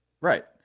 Right